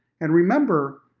and remember,